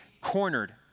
cornered